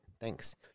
Thanks